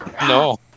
No